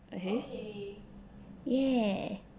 okay ya